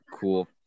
cool